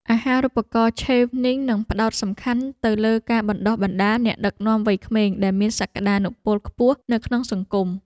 អាហារូបករណ៍ឆេវនីងផ្តោតសំខាន់ទៅលើការបណ្តុះបណ្តាលអ្នកដឹកនាំវ័យក្មេងដែលមានសក្តានុពលខ្ពស់នៅក្នុងសង្គម។